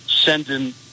sending